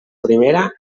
primera